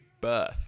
birth